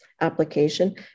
application